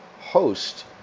host